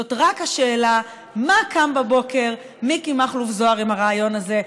זאת רק השאלה: מה קם בבוקר מיקי מכלוף זוהר עם הרעיון הזה?